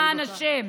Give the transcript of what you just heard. למען השם.